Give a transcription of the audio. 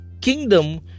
kingdom